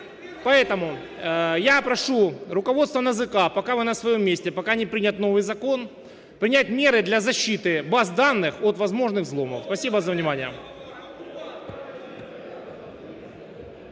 Поэтому я прошу руководство НАЗК, пока вы на своем месте, пока не принят новый закон, принять меры для защиты баз данных от возможных взломов. Спасибо за